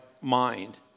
mind